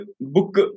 book